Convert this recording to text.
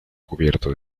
cubierto